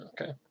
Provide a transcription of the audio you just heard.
okay